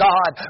God